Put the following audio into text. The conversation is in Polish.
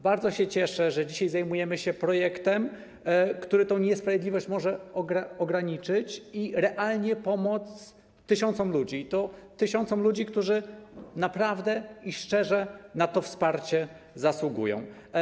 Bardzo się cieszę, że dzisiaj zajmujemy się projektem, który tę niesprawiedliwość może ograniczyć i realnie pomóc tysiącom ludzi, którzy naprawdę szczerze na to wsparcie zasługują.